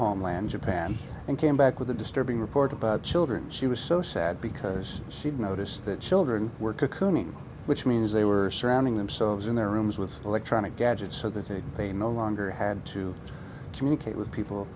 homeland japan and came back with a disturbing report about children she was so sad because she'd noticed that children were cocooning which means they were surrounding themselves in their rooms with electronic gadgets so that they no longer had to communicate with people